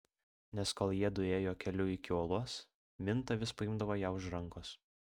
nes kol jiedu ėjo keliu iki uolos minta vis paimdavo ją už rankos